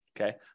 Okay